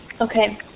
Okay